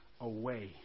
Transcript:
away